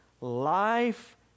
life